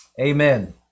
amen